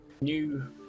new